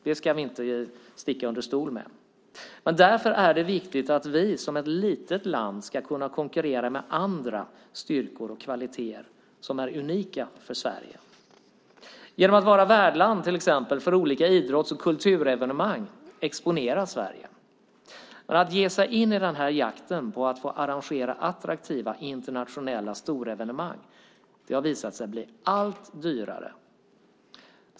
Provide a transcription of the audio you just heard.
Det ska vi inte sticka under stol med. Därför är det viktigt att vi som ett litet land kan konkurrera med andra styrkor och kvaliteter som är unika för Sverige. Genom att till exempel vara värdland för olika idrotts och kulturevenemang exponeras Sverige. Att ge sig in i jakten på att få arrangera attraktiva internationella storevenemang har visat sig bli allt dyrare.